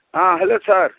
hello sir